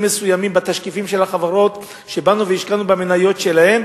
מסוימים בתשקיפים של החברות שבאנו והשקענו במניות שלהן,